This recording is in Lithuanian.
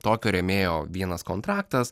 tokio rėmėjo vienas kontraktas